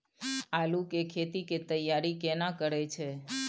आलू के खेती के तैयारी केना करै छै?